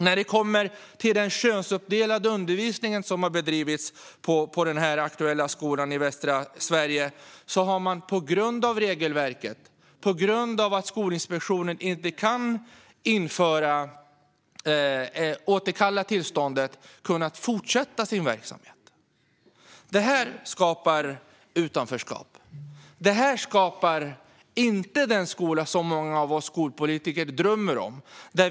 När det gäller den könsuppdelade undervisningen som har bedrivits på den aktuella skolan i västra Sverige har man på grund av regelverket och att Skolinspektionen inte kan återkalla tillståndet kunnat fortsätta sin verksamhet. Det skapar utanförskap. Det skapar inte den skola som många av oss skolpolitiker drömmer om.